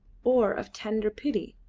or of tender pity,